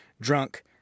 drunk